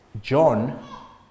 John